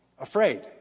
afraid